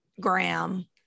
Graham